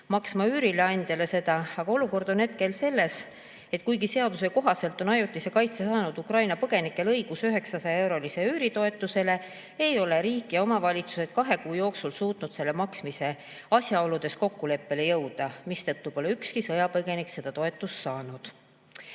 seda üürileandjale. Aga olukord on hetkel selline, et kuigi seaduse kohaselt on ajutise kaitse saanud Ukraina põgenikel õigus 900 euro suurusele üüritoetusele, ei ole riik ja omavalitsused kahe kuu jooksul suutnud selle maksmise asjaoludes kokkuleppele jõuda, mistõttu pole ükski sõjapõgenik seda toetust saanud. Ja